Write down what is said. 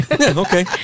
Okay